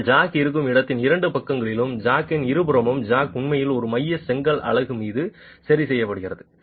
ஆனால் ஜாக் இருக்கும் இடத்தின் இரண்டு பக்கங்களிலும் ஜாக்கின் இருபுறமும் ஜாக் உண்மையில் ஒரு மைய செங்கல் அலகு மீது சரி செய்யப்படுகிறது